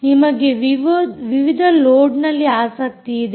ನಿಮಗೆ ವಿವಿಧ ಲೋಡ್ನಲ್ಲಿ ಆಸಕ್ತಿಯಿದೆ